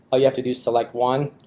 ah you have to do select one,